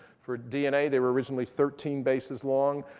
for dna, they were recently thirteen bases long.